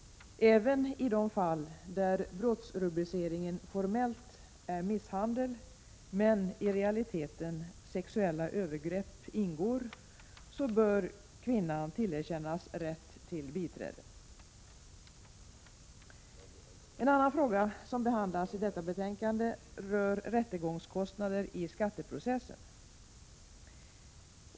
Även i de fall brottsrubriceringen formellt är misshandel men sexuella övergrepp i realiteten ingår, bör kvinnan tillerkännas rätt till biträde. En annan fråga som behandlas i detta betänkande rör rättegångskostnader i skatteprocessen.